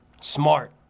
Smart